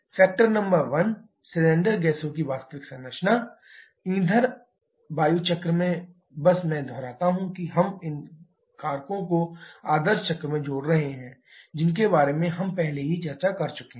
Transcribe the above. factor number 1 cylinder गैसों की वास्तविक संरचना ईंधन वायु चक्र में बस मैं दोहराता हूं कि हम इन कारकों को आदर्श चक्र में जोड़ रहे हैं जिनके बारे में हम पहले ही चर्चा कर चुके हैं